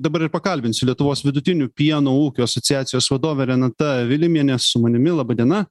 dabar ir pakalbinsiu lietuvos vidutinių pieno ūkių asociacijos vadovė renata vilimienė su manimi laba diena